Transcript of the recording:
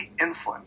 insulin